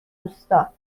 روستا